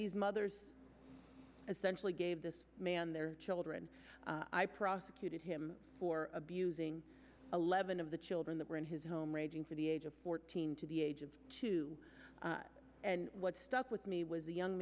these mothers essential gave this man their children i prosecuted him for abusing eleven of the children that were in his home raging for the age of fourteen to the age of two and what stuck with me was a young